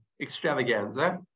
extravaganza